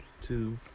two